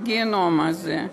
בגיהינום הזה.